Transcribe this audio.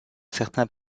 certains